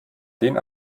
den